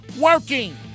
working